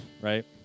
Right